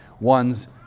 one's